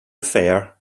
affair